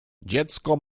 dziecko